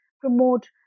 promote